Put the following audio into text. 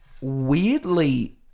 weirdly